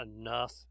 enough